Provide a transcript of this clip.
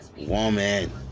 woman